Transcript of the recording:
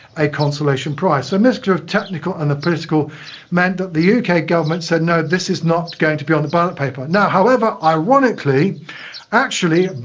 a consolation prize. so a mixture of technical and the political meant that the uk government said no, this is not going to be on the ballot paper. now, however, ironically actually,